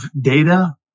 data